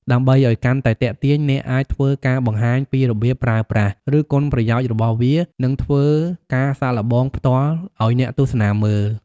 ដើម្បីឲ្យកាន់តែទាក់ទាញអ្នកអាចធ្វើការបង្ហាញពីរបៀបប្រើប្រាស់ ឬគុណប្រយោជន៍របស់វា និងធ្វើការសាកល្បងផ្ទាល់ឲ្យអ្នកទស្សនាមើល។